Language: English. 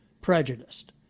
prejudiced